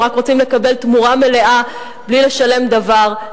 הם רק רוצים לקבל תמורה מלאה בלי לשלם דבר,